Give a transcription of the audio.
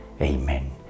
Amen